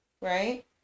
right